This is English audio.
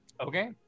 Okay